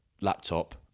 laptop